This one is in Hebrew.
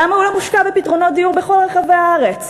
למה הוא לא מושקע בפתרונות דיור בכל רחבי הארץ?